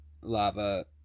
lava